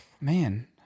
man